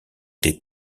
des